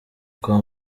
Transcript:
kwa